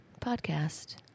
podcast